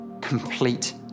complete